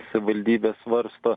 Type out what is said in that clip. savivaldybė svarsto